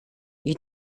you